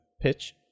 pitch